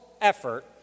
effort